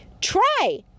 try